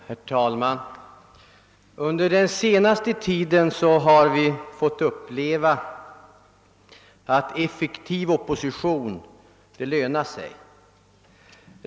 Herr talman! Under den senaste tiden har vi fått uppleva att effektiv opposition lönar sig.